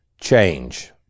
change